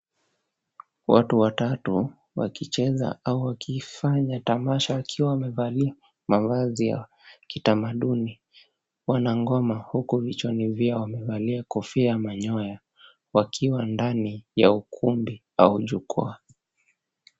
Watu watatu, wakicheza au wakifanya tamasha wakiwa wamevalia mavazi ya kitamaduni. Wana ngoma, huku vichwani vyao wamevalia kofia ya manyoya, wakiwa ndani ya ukumbi au jukwaa.